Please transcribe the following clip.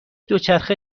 دوچرخه